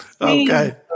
Okay